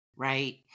right